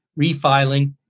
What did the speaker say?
refiling